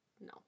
No